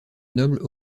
nobles